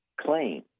claim